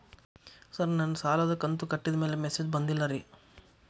sir ನನ್ನ ಸಾಲದ ಕಂತು ಕಟ್ಟಿದಮೇಲೆ ಮೆಸೇಜ್ ಬಂದಿಲ್ಲ ರೇ